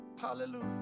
hallelujah